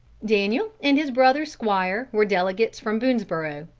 daniel and his brother squire were delegates from boonesborough.